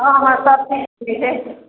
हँ हँ सब चीज मिलै